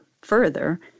further